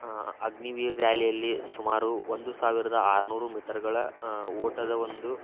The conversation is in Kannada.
ಅಗ್ನಿವೀರ್ ರ್ಯಾಲಿಯಲ್ಲಿ ಸುಮಾರು ಒಂದು ಸಾವಿರದ ಆರುನೂರು ಮೀಟರ್ಗಳ ಓಟದ ಒಂದು